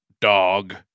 dog